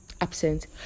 absent